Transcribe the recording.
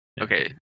Okay